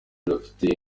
rufite